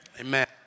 Amen